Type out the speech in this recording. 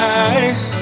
eyes